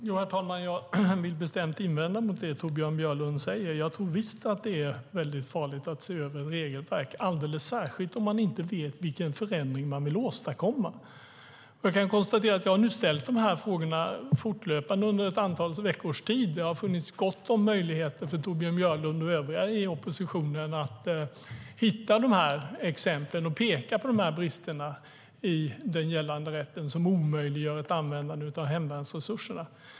Herr talman! Jag vill bestämt invända mot det Torbjörn Björlund säger. Jag tror visst att det är farligt att se över regelverk, alldeles särskilt om man inte vet vilken förändring man vill åstadkomma. Jag kan konstatera att jag nu har ställt de här frågorna fortlöpande under ett antal veckors tid. Det har funnits gott om möjligheter för Torbjörn Björlund och övriga i oppositionen att hitta dessa exempel och peka på de brister i den gällande rätten som omöjliggör ett användande av hemvärnsresurserna.